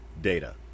data